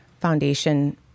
Foundation